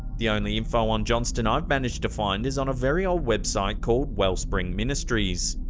the only info on johnston i've managed to find is on a very old website called wellspring ministries.